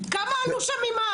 אפשר גם וגם.